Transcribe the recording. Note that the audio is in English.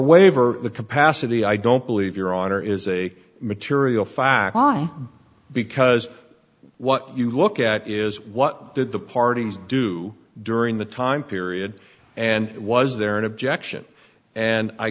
waiver the capacity i don't believe your honor is a material fact wrong because what you look at is what did the parties do during the time period and was there an objection and i